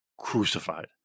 crucified